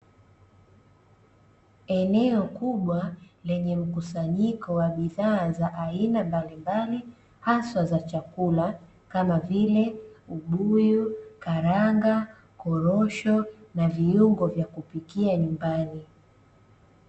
Eneo kubwa lenye mkusanyiko wa bidhaa za aina mbalimbali, haswa za chakula kama vile ubuyu, karanga, korosho, na viungo vya kupikia nyumbani.